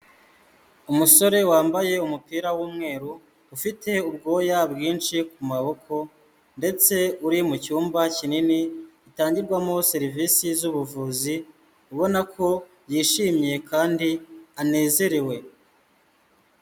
Umusore wambaye umupira w'umweru, ufite ubwoya bwinshi ku maboko ndetse uri mu cyumba kinini gitangirwamo serivisi z'ubuvuzi ubona ko yishimye kandi anezerewe.